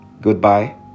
goodbye